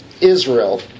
Israel